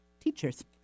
teachers